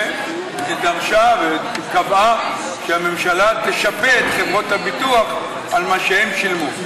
ודרשה וקבעה שהממשלה תשפה את חברות הביטוח על מה שהן שילמו.